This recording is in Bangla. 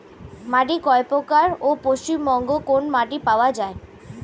মাটি কয় প্রকার ও পশ্চিমবঙ্গ কোন মাটি পাওয়া য়ায়?